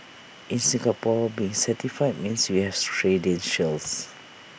in Singapore being certified means you have credentials